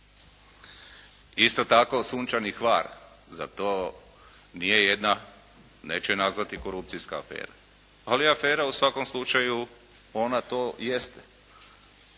Isto tako "Sunčani Hvar", zar to nije jedna neću je nazvati korupcijska afera, ali afera u svakom slučaju ona to jeste.